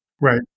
Right